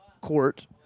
court